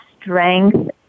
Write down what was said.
strength